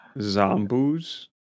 Zombies